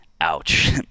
ouch